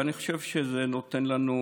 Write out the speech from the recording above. אני חושב שזה נותן לנו